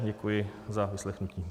Děkuji za vyslechnutí.